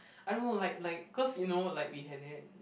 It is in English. I don't know like like cause you know like we had that